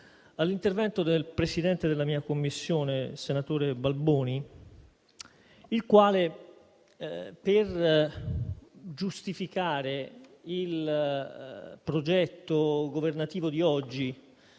all'intervento del Presidente della mia Commissione, senatore Balboni, per giustificare il progetto governativo di oggi